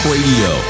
Radio